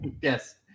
Yes